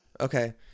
Okay